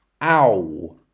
OW